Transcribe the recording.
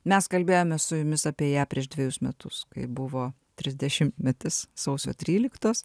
mes kalbėjomės su jumis apie ją prieš dvejus metus kai buvo trisdešimtmetis sausio tryliktos